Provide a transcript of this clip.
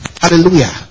Hallelujah